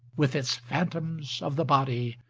with its phantoms of the body,